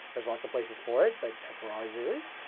there's lots of places for it but that's where ours is.